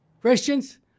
Christians